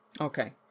Okay